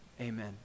Amen